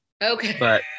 Okay